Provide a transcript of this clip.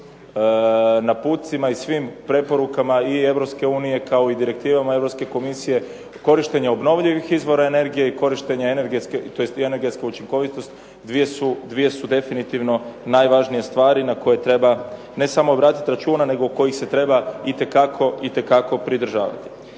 napucima i svim preporukama i Europske unije kao i direktivama Europske komisija korištenja obnovljivih izvora energije i korištenje tj. Energentska učinkovitost dvije su definitivno najvažnije stvari na koje treba ne samo obratiti računa nego kojih se treba itekako pridržavati.